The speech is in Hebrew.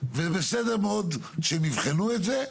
זה בהתאם לחשיבות המבנה.